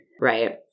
right